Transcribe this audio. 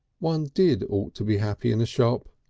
one did ought to be happy in a shop.